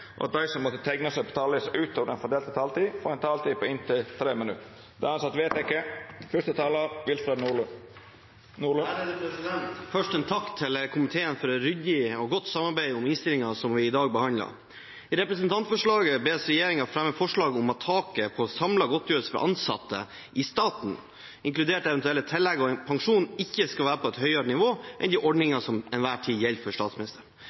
og at dei som måtte teikna seg på talarlista utover den fordelte taletida, får ei taletid på inntil 3 minutt. – Det er vedteke. Først en takk til komiteen for et ryddig og godt samarbeid om innstillingen som vi i dag behandler. I representantforslaget bes regjeringen fremme forslag om at taket på samlet godtgjørelse for ansatte i staten, inkludert eventuelle tillegg og pensjon, ikke skal være på et høyere nivå enn de ordningene som til enhver tid gjelder for statsministeren.